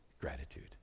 gratitude